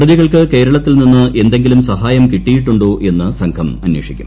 പ്രതികൾക്ക് കേരളത്തിൽ നിന്ന് എന്തെങ്കിലും സഹായം കിട്ടിയിട്ടുണ്ടോ എന്ന് സംഘം അന്വേഷിക്കും